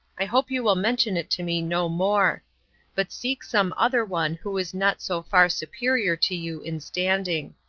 i hope you will mention it to me no more but seek some other one who is not so far superior to you in standing.